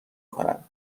کنم